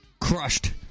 Crushed